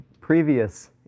previous